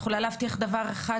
אני יכולה להבטיח דבר אחד,